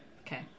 Okay